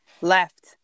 left